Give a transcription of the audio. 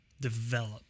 develop